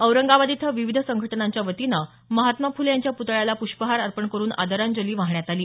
औरंगाबाद इथं विविध संघटनांच्या वतीनं महात्मा फुले यांच्या पुतळ्याला पुष्पहार अर्पण करून आदरांजली वाहण्यात आली